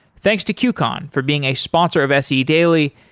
thanks to qcon for being a sponsor of se daily,